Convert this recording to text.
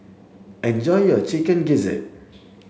enjoy your chicken gizzard